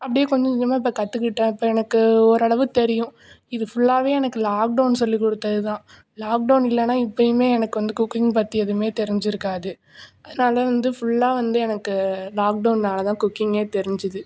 அப்படி கொஞ்சம் கொஞ்சமாக இப்போ கற்றுக்கிட்டோம் அப்பறம் எனக்கு ஓரளவு தெரியும் இது ஃபுல்லாகவே எனக்கு லாக்டவுன் சொல்லி கொடுத்ததுதான் லாக்டவுன் இல்லைனா இப்போயுமே எனக்கு வந்து குக்கிங் பற்றி எதுவுமே தெரிஞ்சுருக்காது அதனால வந்து ஃபுல்லாக வந்து எனக்கு லாக்டவுனால்தான் குக்கிங் தெரிஞ்சுது